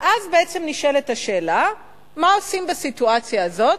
ואז בעצם נשאלת השאלה מה עושים בסיטואציה הזאת.